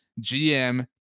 GM